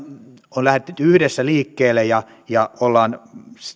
on lähdetty yhdessä liikkeelle ja ja ollaan